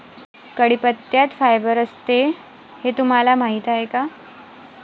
कढीपत्त्यात फायबर असते हे तुम्हाला माहीत आहे का?